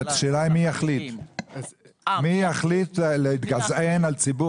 השאלה היא מי יחליט להתגזען על ציבור